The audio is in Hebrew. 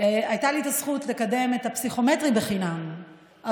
הייתה לי הזכות לקדם את הפסיכומטרי הדיגיטלי